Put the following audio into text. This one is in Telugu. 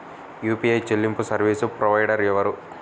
యూ.పీ.ఐ చెల్లింపు సర్వీసు ప్రొవైడర్ ఎవరు?